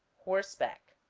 horseback,